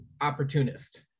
opportunist